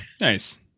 Nice